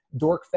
dorkfest